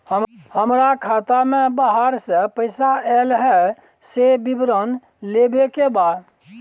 हमरा खाता में बाहर से पैसा ऐल है, से विवरण लेबे के बा?